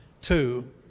Two